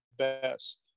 Best